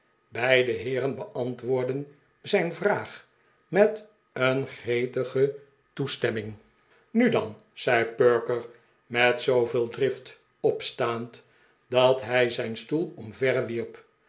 beide heeren beantwoordden zijn vraag met een gretige toestemming nu dan zei perker met zooveel drift opstaand dat hij zijn stoel omverwierp